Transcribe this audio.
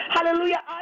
Hallelujah